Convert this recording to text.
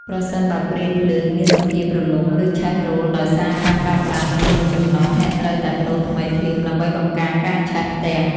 ប្រសិនបើព្រីភ្លើងមានសភាពរលុង ឬឆេះរោលដោយសារការប្រើប្រាស់លើសចំណុះ អ្នកត្រូវតែប្តូរថ្មីភ្លាមដើម្បីបង្ការការឆេះផ្ទះ។